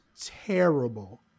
terrible